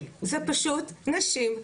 זה פשוט נשים,